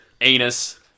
anus